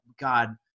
God